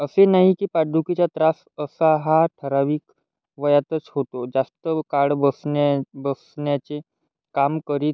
असे नाही की पाठदुखीचा त्रास असा हा ठराविक वयातच होतो जास्त काळ बसण्या बसण्याचे काम करीत